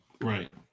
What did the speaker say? Right